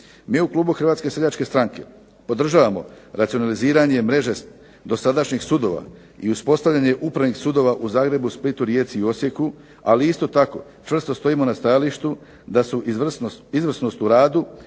Mi u klubu HSS-a podržavamo racionaliziranje mreže dosadašnjih sudova i uspostavljanje upravnih sudova u Zagrebu, Splitu, Rijeci i Osijeku, ali isto tako čvrsto stojimo na stajalištu da su izvrsnost u radu,